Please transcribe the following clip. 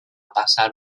passar